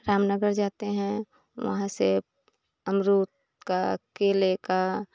राम नगर जाते हैं वहाँ से अमरुद का केले का